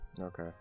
Okay